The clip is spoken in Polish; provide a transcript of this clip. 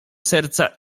serca